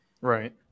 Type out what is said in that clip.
Right